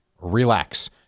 relax